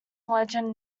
legend